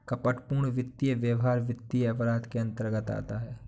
कपटपूर्ण वित्तीय व्यवहार वित्तीय अपराध के अंतर्गत आता है